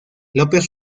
lopez